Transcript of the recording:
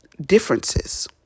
differences